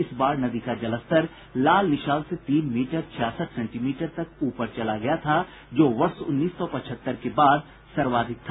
इस बार नदी का जलस्तर लाल निशान से तीन मीटर छियासठ सेंटीमीटर तक ऊपर चला गया था जो वर्ष उन्नीस सौ पचहत्तर के बाद सर्वाधिक था